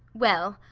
well,